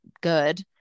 good